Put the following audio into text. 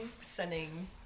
sending